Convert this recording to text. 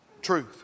truth